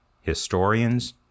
historians